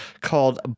called